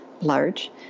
large